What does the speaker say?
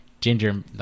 Ginger